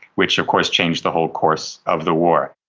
which of course changed the whole course of the war.